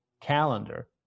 calendar